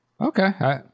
Okay